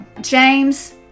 James